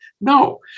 No